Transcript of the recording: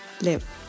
live